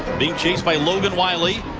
being chased by logan riley.